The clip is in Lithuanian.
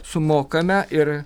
sumokame ir